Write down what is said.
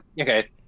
okay